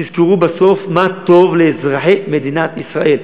תזכרו בסוף מה טוב לאזרחי מדינת ישראל.